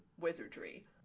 wizardry